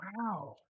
Wow